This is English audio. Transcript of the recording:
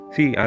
See